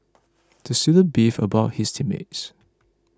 the student beefed about his team mates